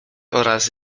oraz